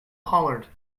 hollered